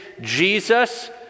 Jesus